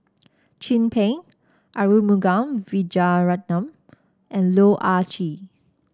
Chin Peng Arumugam Vijiaratnam and Loh Ah Chee